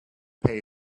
pay